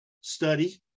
study